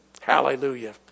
Hallelujah